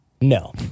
No